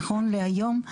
נכון להיום,